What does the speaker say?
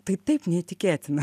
tai taip neįtikėtina